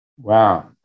Wow